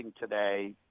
today